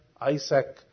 Isaac